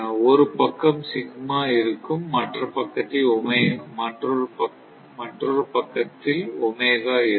ஒரு பக்கம் சிக்மா இருக்கும் மற்றொரு பக்கத்தை ஒமெகா இருக்கும்